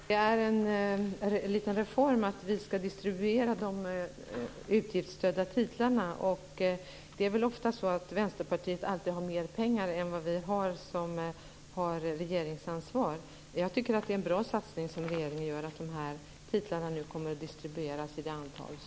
Fru talman! Det finns en liten reform om distribution av de utgiftsstödda titlarna. Det är ofta så att Vänsterpartiet har mer pengar än vad vi, som har regeringsansvar, har. Jag tycker att det är en bra satsning som regeringen gör, att det antal titlar som är angivet kommer att distribueras.